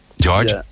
george